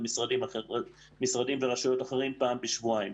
מול משרדים אחרים ורשויות אחרות פעם בשבועיים.